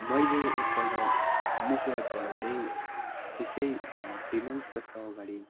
मैले एकपल्ट मिसो एपबाट चाहिँ त्यस्तै थ्री मन्थ्स जस्तो अगाडि